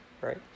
right